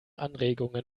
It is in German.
anregungen